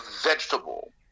vegetable